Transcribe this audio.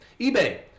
eBay